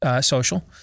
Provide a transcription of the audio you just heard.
Social